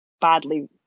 badly